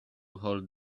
hold